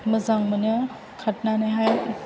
मोजां मोनो खारनानै हाय